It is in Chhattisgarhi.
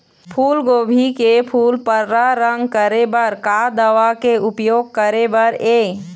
फूलगोभी के फूल पर्रा रंग करे बर का दवा के उपयोग करे बर ये?